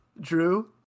Drew